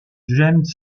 james